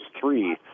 three